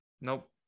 Nope